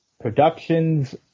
productions